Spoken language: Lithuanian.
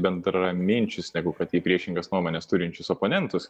bendraminčius negu kad į priešingas nuomones turinčius oponentus